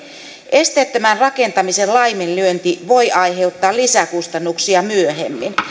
esteettömän rakentamisen laiminlyönti voi aiheuttaa lisäkustannuksia myöhemmin